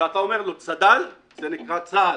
כשאתה אומר לו "צד"ל" זה נקרא צה"ל,